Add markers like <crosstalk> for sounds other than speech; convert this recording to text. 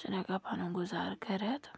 سُہ <unintelligible> ہٮ۪کان پَنُن گُزار کٔرِتھ